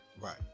Right